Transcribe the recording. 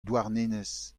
douarnenez